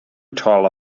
tyler